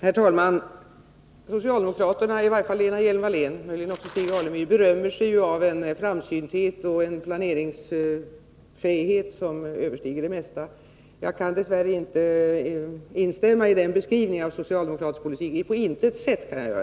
Nr 120 Herr talman! Socialdemokraterna — i varje fall Lena Hjelm-Wallén, Onsdagen den möjligen också Stig Alemyr — berömmer sig av en framsynthet och en 22 april 1981 planeringsfärdighet som överstiger det mesta. Jag kan dess värre inte på något sätt instämma i den beskrivningen av socialdemokratisk politik.